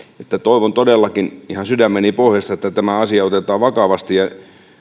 toivon todellakin ihan sydämeni pohjasta että tämä asia otetaan vakavasti ja